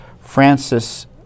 Francis